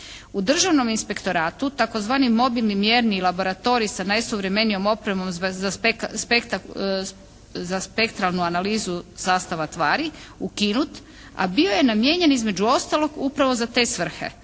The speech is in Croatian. u Državnom inspektoratu tzv. mobilni mjerni laboratorij sa najsuvremenijom opremom za spektralnu analizu sastava tvari ukinut, a bio je namijenjen između ostalog upravo za te svrhe.